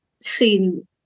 seen